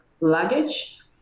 luggage